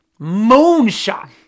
moonshot